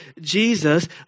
Jesus